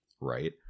Right